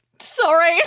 Sorry